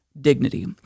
dignity